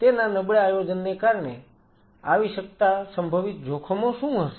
તેના નબળા આયોજનને કારણે આવી શકતા સંભવિત જોખમો શું હશે